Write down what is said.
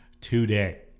today